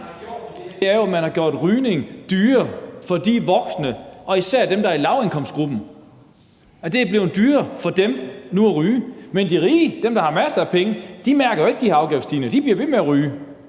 her, er jo, at man har gjort rygning dyrere for de voksne og især dem, der er i lavindkomstgruppen. Det er nu blevet dyrere for dem at ryge. Men de rige – dem, der har masser af penge – mærker jo ikke de afgiftsstigninger, og de bliver ved med at ryge,